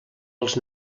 els